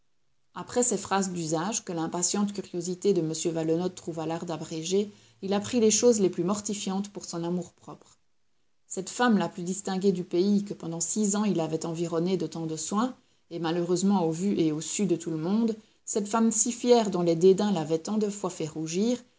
après ces phrases d'usage que l'impatiente curiosité de m valenod trouva l'art d'abréger il apprit les choses les plus mortifiantes pour son amour-propre cette femme la plus distinguée du pays que pendant six ans il avait environnée de tant de soins et malheureusement au vu et au su de tout le monde cette femme si fière dont les dédains l'avaient tant de fois fait rougir